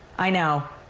i know.